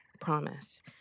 Promise